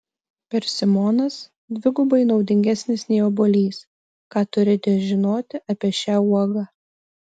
persimonas dvigubai naudingesnis nei obuolys ką turite žinoti apie šią uogą